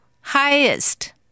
highest